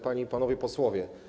Panie i Panowie Posłowie!